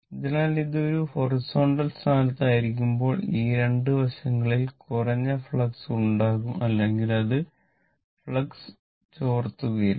അതിനാൽ ഇത് ഒരു ഹൊറിസോണ്ടൽ സ്ഥാനത്ത് ആയിരിക്കുമ്പോൾ ഈ 2 വശങ്ങളിൽ കുറഞ്ഞ ഫ്ലക്സ് ഉണ്ടാകും അല്ലെങ്കിൽ അത് ഫ്ലക്സ് ചോർത്തുകയില്ല